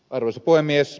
arvoisa puhemies